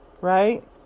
right